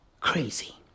crazy